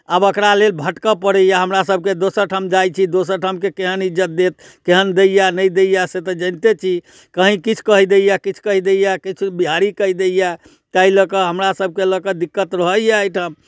आब एकरा लेल भटकय पड़ैए हमरासभके दोसर ठाम जाइ छी दोसर ठामके केहन इज्जत देत केहन दैए नहि दैए से तऽ जनिते छी कहीँ किछु कहि दैए किछु कहि दैए किछु बिहारी कहि दैए ताहि लऽ कऽ हमरासभके लऽ कऽ दिक्कत रहैए एहिठाम